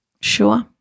Sure